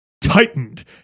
tightened